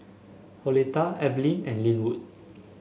Oleta Evelyne and Lynwood